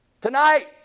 Tonight